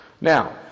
Now